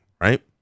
right